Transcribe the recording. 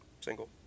Single